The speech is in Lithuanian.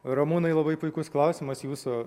ramūnai labai puikus klausimas jūsų